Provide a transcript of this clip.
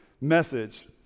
message